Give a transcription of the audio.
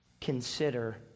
Consider